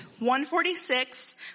146